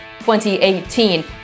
2018